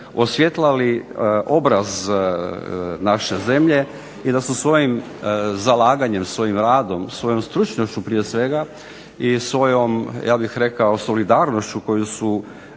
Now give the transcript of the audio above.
osvjetlali obraz naše zemlje i da su svojim zalaganjem, svojim radom, svojom stručnošću prije svega, i svojom ja bih rekao solidarnošću koju su